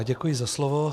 Děkuji za slovo.